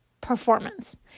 performance